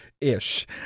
ish